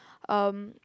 um